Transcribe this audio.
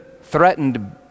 threatened